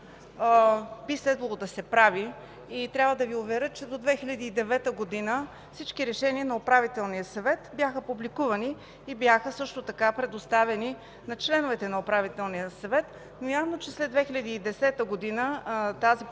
би следвало да се прави, и трябва да Ви уверя, че до 2009 г. всички решения на Управителния съвет бяха публикувани и също така бяха предоставяни на членовете на Управителния съвет. Явно, че след 2010 г. тази